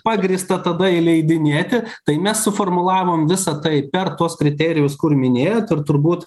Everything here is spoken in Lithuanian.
pagrįsta tada įleidinėti tai mes suformulavom visa tai per tuos kriterijus kur minėjot ir turbūt